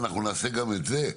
אנחנו נעשה גם את זה,